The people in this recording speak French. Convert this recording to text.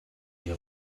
les